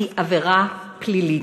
היא עבירה פלילית,